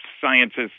scientists